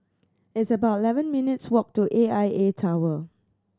it's about eleven minutes' walk to A I A Tower